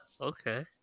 Okay